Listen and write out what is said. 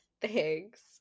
thanks